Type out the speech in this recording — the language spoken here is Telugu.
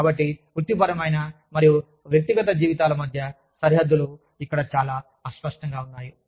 కాబట్టి వృత్తిపరమైన మరియు వ్యక్తిగత జీవితాల మధ్య సరిహద్దులు ఇక్కడ చాలా అస్పష్టంగా ఉన్నాయి